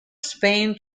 spain